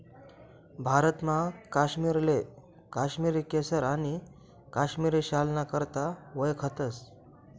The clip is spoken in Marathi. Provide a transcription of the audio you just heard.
भारतमा काश्मीरले काश्मिरी केसर आणि काश्मिरी शालना करता वयखतस